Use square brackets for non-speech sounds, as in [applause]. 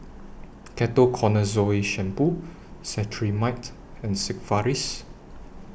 [noise] Ketoconazole Shampoo Cetrimide and Sigvaris